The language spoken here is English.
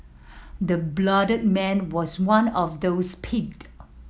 the bloodied man was one of those picked